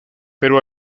pero